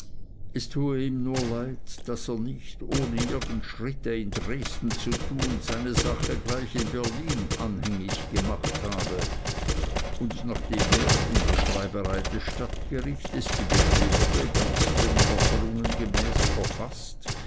es tue ihm nur leid daß er nicht ohne irgend schritte in dresden zu tun seine sache gleich in berlin anhängig gemacht habe und nachdem er in der schreiberei des stadtgerichts die beschwerde ganz den forderungen gemäß verfaßt